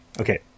okay